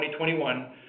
2021